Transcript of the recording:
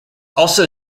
also